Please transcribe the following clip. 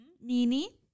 Nini